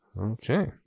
Okay